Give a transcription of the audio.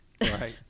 Right